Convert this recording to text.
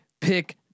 Pick